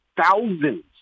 thousands